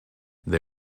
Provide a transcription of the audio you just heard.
they